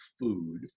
food